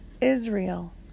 Israel